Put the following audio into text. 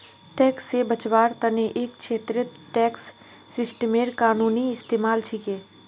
tax से बचवार तने एक छेत्रत टैक्स सिस्टमेर कानूनी इस्तेमाल छिके